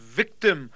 victim